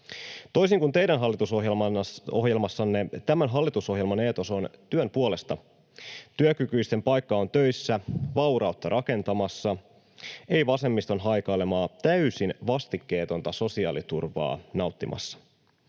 Toisin kuin teidän hallitusohjelmassanne, tämän hallitusohjelman eetos on työn puolesta. Työkykyisten paikka on töissä vaurautta rakentamassa, ei vasemmiston haikailemaa täysin vastikkeetonta sosiaaliturvaa nauttimassa.